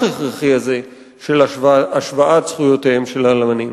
הכרחי הזה של השוואת זכויותיהם של אלמנים.